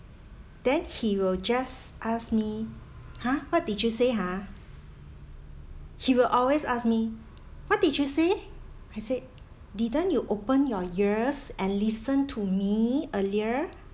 then he will just ask me !huh! what did you say ha he will always ask me what did you say I said didn't you open your ears and listen to me earlier